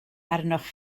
arnoch